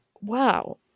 wow